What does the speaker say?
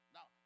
Now